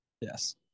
Yes